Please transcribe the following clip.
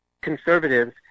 conservatives